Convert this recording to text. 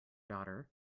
daughter